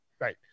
Right